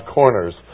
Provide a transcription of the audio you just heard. corners